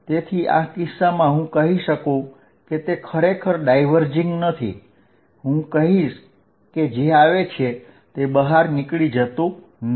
તેથી આ કિસ્સામાં હું કહી શકું કે તે ખરેખર ડાયવર્જિંગ નથી હું કહીશ કે જે આવે છે તે બહાર નીકળી જતું નથી